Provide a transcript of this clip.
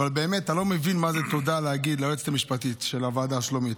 אבל אתה לא מבין מה זה להגיד תודה ליועצת המשפטית של הוועדה שלומית.